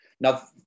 Now